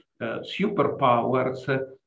superpowers